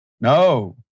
No